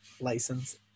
license